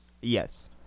Yes